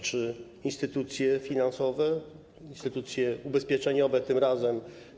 Czy instytucje finansowe, instytucje ubezpieczeniowe tym razem?